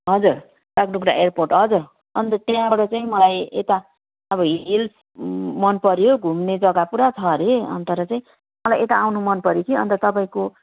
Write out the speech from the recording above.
हजुर बागडोग्रा एयरपोर्ट हजुर अन्त त्यहाँबाट चाहिँ मलाई यता अब हिल्स मनपर्यो घुम्ने जग्गा पुरा छ अरे अनि यहाँबाट चाहिँ अब यता आउन मनपर्यो कि अन्त तपाईँको